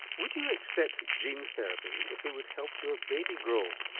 would you accept gene therapy if it would help your baby grow?